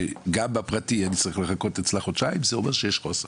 שגם בפרטי אני אצטרך לחכות אצלה חודשיים זה אומר שיש חוסר.